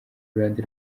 iruhande